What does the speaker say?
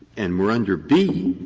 and we're under b,